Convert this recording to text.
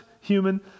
human